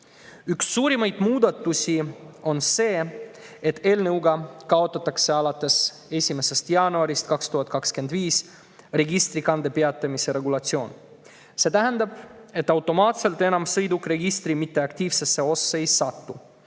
Üks suurimaid muudatusi on see, et eelnõuga kaotatakse alates 1. jaanuarist 2025 registrikande peatamise regulatsioon. See tähendab, et sõiduk registri mitteaktiivsesse ossa